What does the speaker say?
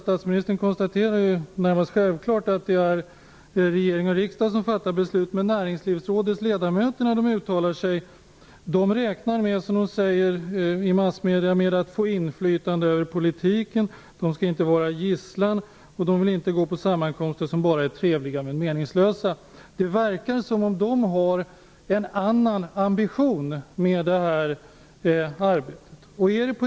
Statsministern konstaterar som närmast självklart att det är regering och riksdag som fattar beslut, men när Näringslivsrådets ledamöter uttalar sig räknar de, som de säger i massmedierna, med att få inflytande över politiken, med att de inte skall vara någon gisslan och med att de inte skall behöva bevista sammankomster som även om de är trevliga ändå är meningslösa. Det verkar som om de har en annan ambition med arbetet.